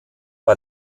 bei